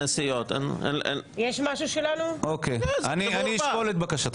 אני אשקול את בקשתך.